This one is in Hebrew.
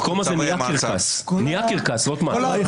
המקום הזה נהיה קרקס, הוא נהיה קרקס רוטמן.